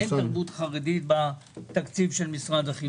אין תרבות חרדית בתקציב משרד החינוך.